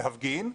להפגין,